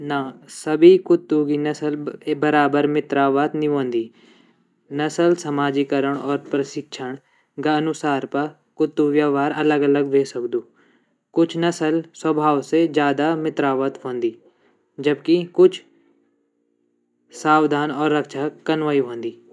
ना सभी कुत्तू की नसल बराबर मित्रवत नी वंदी नसल समाजीकरण और प्रसिक्षण ग अनुसार पर कुत्तु व्यवहार अलग अलग वे सक़दू कुछ नसल स्वभाव से ज़्यादा मित्रवत वंदी जबकि कुछ सावधान और रक्षा कन वयी वंदी।